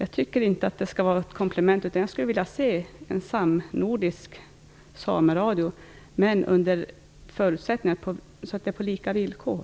Jag tycker inte att det skall vara fråga om något komplement, utan jag skulle vilja se en samnordisk sameradio, dock under förutsättning att samarbetet sker på lika villkor.